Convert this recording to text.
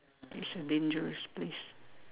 it's a dangerous place